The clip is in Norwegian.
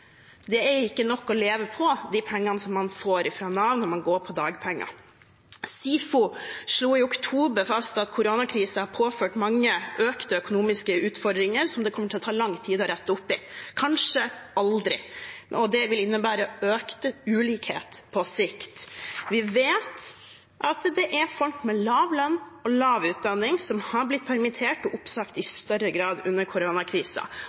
Det er ikke nok å leve på de pengene som man får fra Nav når man går på dagpenger. SIFO slo i oktober fast at koronakrisen har påført mange økte økonomiske utfordringer som det kommer til å ta lang tid å rette opp i – kanskje aldri – og det vil innebære økt ulikhet på sikt. Vi vet at det er folk med lav lønn og lav utdanning som i større grad har blitt permittert og oppsagt under